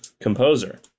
composer